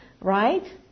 right